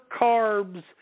carbs